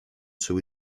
two